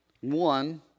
One